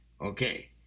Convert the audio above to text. Okay